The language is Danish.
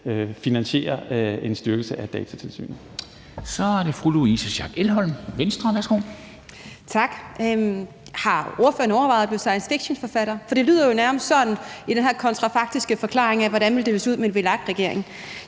Elholm, Venstre. Værsgo. Kl. 14:03 Louise Schack Elholm (V): Tak. Har ordføreren overvejet at blive science fiction-forfatter? For det lyder jo nærmest sådan i den her kontrafaktiske forklaring af, hvordan det ville se ud med en VLAK-regering.